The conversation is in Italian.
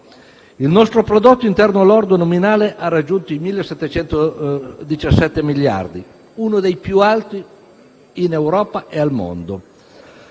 Il nostro prodotto interno lordo nominale ha raggiunto i 1.717 miliardi di euro, uno dei più alti in Europa e al mondo;